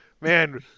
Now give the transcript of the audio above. man